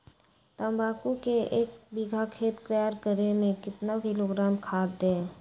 तम्बाकू के एक बीघा खेत तैयार करें मे कितना किलोग्राम खाद दे?